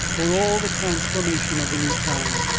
for all the transformation of the new time.